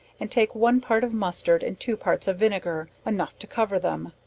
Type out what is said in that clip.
and take one part of mustard and two parts of vinegar, enough to cover them,